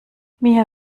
mir